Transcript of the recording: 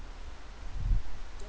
there